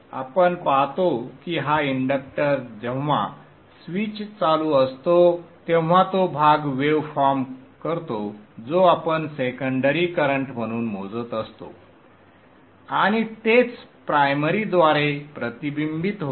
आपण पाहतो की हा इंडक्टर जेव्हा स्विच चालू असतो तेव्हा तो भाग वेव फॉर्म करतो जो आपण सेकंडरी करंट म्हणून मोजत असतो आणि तेच प्रायमरीद्वारे प्रतिबिंबित होते